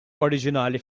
oriġinali